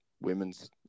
women's